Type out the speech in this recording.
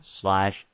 slash